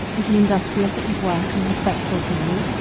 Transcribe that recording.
is he industrious at his work and respectful to you?